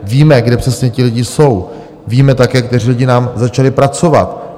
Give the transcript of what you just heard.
Víme, kde přesně ti lidi jsou, víme také, kteří lidi nám začali pracovat.